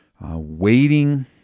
waiting